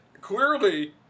Clearly